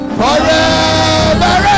forever